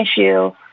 issue